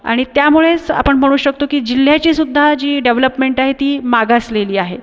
आणि त्यामुळेच आपण म्हणू शकतो की जिल्ह्याचीसुद्धा जी डेवलपमेंट आहे ती मागासलेली आहे